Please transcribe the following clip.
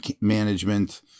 management